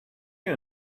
you